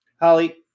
Holly